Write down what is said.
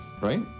right